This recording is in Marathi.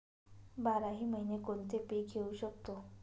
बाराही महिने कोणते पीक घेवू शकतो?